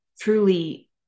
truly